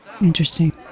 Interesting